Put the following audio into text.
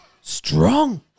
strong